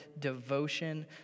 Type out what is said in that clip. devotion